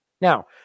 Now